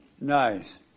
Nice